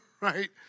right